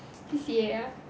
C_C_A ah